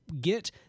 get